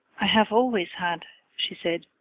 i have always had, she said,